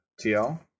TL